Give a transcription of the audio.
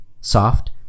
soft